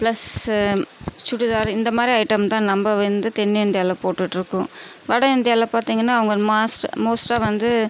plus churidar இந்த மாதிரி item தான் நம்ப வந்து தென்னிந்தியாவுல போட்டுட்டுருக்கோம் வட இந்தியாவில் பார்த்தீங்கன்னா அவங்க மாஸ்ட் மோஸ்ட்டாக வந்து